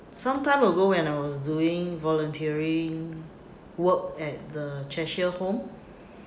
sometime ago when I was doing volunteering work at the cheshire home